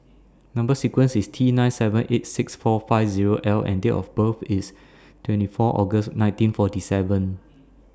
Number sequence IS T nine seven eight six four five Zero L and Date of birth IS twenty four August nineteen forty seven